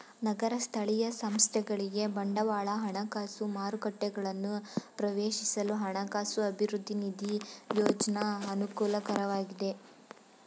ನಗರ ಸ್ಥಳೀಯ ಸಂಸ್ಥೆಗಳಿಗೆ ಬಂಡವಾಳ ಹಣಕಾಸು ಮಾರುಕಟ್ಟೆಗಳನ್ನು ಪ್ರವೇಶಿಸಲು ಹಣಕಾಸು ಅಭಿವೃದ್ಧಿ ನಿಧಿ ಯೋಜ್ನ ಅನುಕೂಲಕರವಾಗಿದೆ